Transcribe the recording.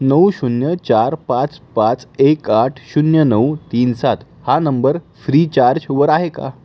नऊ शून्य चार पाच पाच एक आठ शून्य नऊ तीन सात हा नंबर फ्रीचार्जवर आहे का